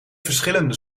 verschillende